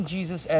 Jesus